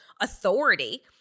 authority